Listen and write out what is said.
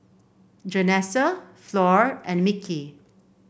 Janessa Flor and Mickey